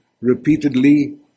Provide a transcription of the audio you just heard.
repeatedly